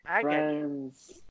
friends